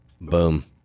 Boom